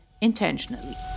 intentionally